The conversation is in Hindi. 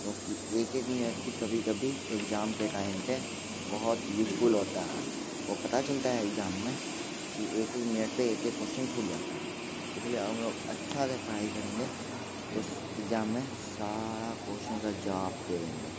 क्योंकि एक एक मिनट की कभी कभी एग्जाम के टाइम पे बहुत यूजफुल होता है वो पता चलता है एग्जाम में की एक एक मिनट पे एक एक क्वेश्चन छूट जाता है इसलिए हम लोग अच्छा से पढ़ाई करेंगे तो एग्जाम में सारा क्वेश्चन का जवाब देंगे